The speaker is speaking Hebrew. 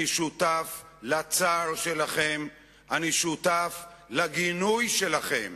אני שותף לצער שלכם, אני שותף לגינוי שלכם.